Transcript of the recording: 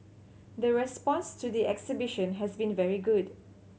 the response to the exhibition has been very good